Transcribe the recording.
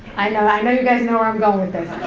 i know, i know you guys know where i'm goin' with this.